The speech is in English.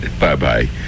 Bye-bye